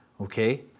Okay